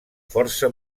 força